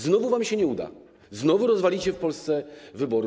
Znowu wam się nie uda, znowu rozwalicie w Polsce wybory.